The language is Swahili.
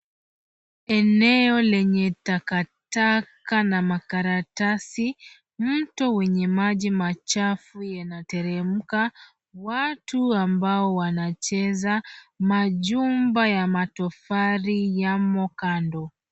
Eneo lenye takataka na makaratasi. Mto wenye maji machafu yanateremka, watu ambao wanacheza. Majumba ya matofali yamo kando.